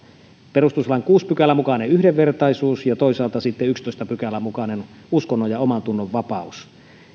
perustuslain kuudennen pykälän mukainen yhdenvertaisuus ja toisaalta sitten yhdennentoista pykälän mukainen uskonnon ja omantunnonvapaus